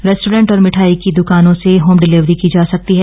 restaurant और मिठाई की दकानों से होमडिलिवरी की जा सकती है